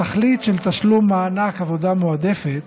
התכלית של תשלום מענק עבודה מועדפת